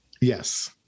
Yes